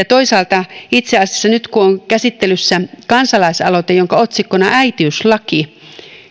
toisaalta itse asiassa nyt kun on käsittelyssä kansalaisaloite jonka otsikkona on äitiyslaki